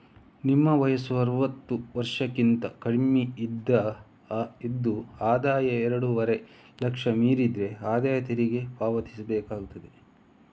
ನಿಮ್ಮ ವಯಸ್ಸು ಅರುವತ್ತು ವರ್ಷಕ್ಕಿಂತ ಕಮ್ಮಿ ಇದ್ದು ಆದಾಯ ಎರಡೂವರೆ ಲಕ್ಷ ಮೀರಿದ್ರೆ ಆದಾಯ ತೆರಿಗೆ ಪಾವತಿಸ್ಬೇಕಾಗ್ತದೆ